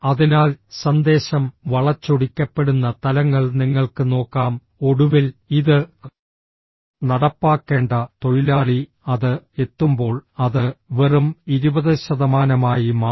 അതിനാൽ സന്ദേശം വളച്ചൊടിക്കപ്പെടുന്ന തലങ്ങൾ നിങ്ങൾക്ക് നോക്കാം ഒടുവിൽ ഇത് നടപ്പാക്കേണ്ട തൊഴിലാളി അത് എത്തുമ്പോൾ അത് വെറും 20 ശതമാനമായി മാറി